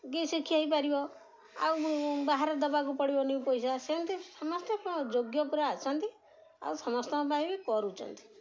ବି ଶିଖେଇପାରିବ ଆଉ ବାହାରେ ଦେବାକୁ ପଡ଼ିବନି ପଇସା ସେମିତି ସମସ୍ତେ ଯୋଗ୍ୟ ପୁରା ଆସନ୍ତି ଆଉ ସମସ୍ତଙ୍କ ପାଇଁ ବି କରୁଛନ୍ତି